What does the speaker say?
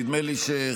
נדמה לי שחברת